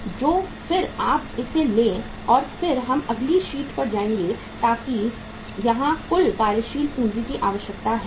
तो फिर आप इसे लें और फिर हम अगली शीट पर जाएंगे ताकि यहां कुल कार्यशील पूंजी की आवश्यकता है